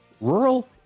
rural